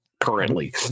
currently